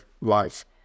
life